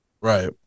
Right